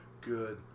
Good